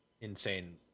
insane